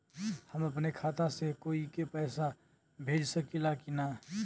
हम अपने खाता से कोई के पैसा भेज सकी ला की ना?